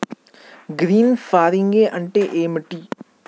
Green farming అంటే ఏమిటి?